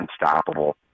unstoppable